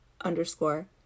underscore